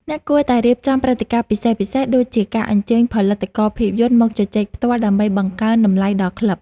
អ្នកគួរតែរៀបចំព្រឹត្តិការណ៍ពិសេសៗ ដូចជាការអញ្ជើញផលិតករភាពយន្តមកជជែកផ្ទាល់ ដើម្បីបង្កើនតម្លៃដល់ក្លឹប។